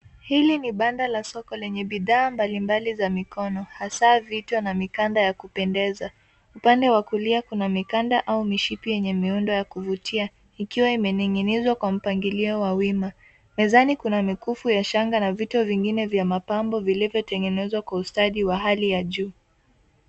Hili ni banda la soko lenye bidhaa mbalimbali za mikono hasaa vito na mikanda ya kupendeza. Upande wa kulia kuna mikanda au mishipi yenye miundo ya kuvutia ikiwa imening'inizwa kwa mpangilio wa wima. Mezani kuna mikufu ya shanga na vito vingine vya mapambo vilivyotengenezwa kwa ustadi wa hali ya juu.